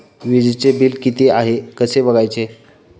वीजचे बिल किती आहे कसे बघायचे?